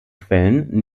quellen